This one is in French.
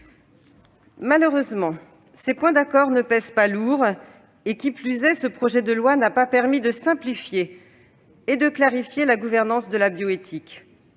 Malheureusement, ces points d'accord ne pèsent pas lourd. Qui plus est, le projet de loi n'a pas permis de simplifier et de clarifier la gouvernante de la bioéthique.